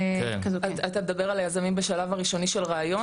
אתה מדבר על היזמים בשלב הראשוני של ראיון?